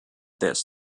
this